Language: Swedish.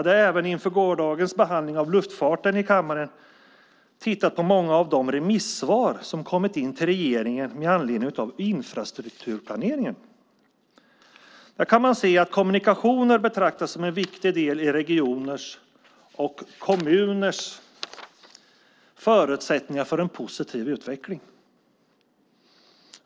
Jag hade inför gårdagens behandling i kammaren av luftfarten även tittat på många av de remissvar som kommit in till regeringen med anledning av infrastrukturplaneringen. Där kan man se att kommunikationer betraktas som en viktig del i regioners och kommuners förutsättningar för en positiv utveckling.